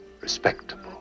respectable